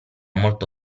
molto